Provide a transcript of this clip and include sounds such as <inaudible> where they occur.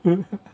<laughs>